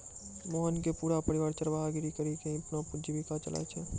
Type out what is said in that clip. मोहन के पूरा परिवार चरवाहा गिरी करीकॅ ही अपनो जीविका चलाय छै